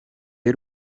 y’u